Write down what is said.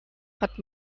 hat